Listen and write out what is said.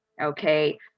okay